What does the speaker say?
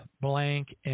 blank